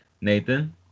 Nathan